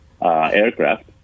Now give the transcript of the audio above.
aircraft